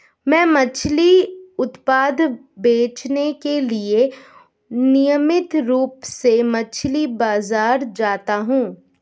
मैं मछली उत्पाद बेचने के लिए नियमित रूप से मछली बाजार जाता हूं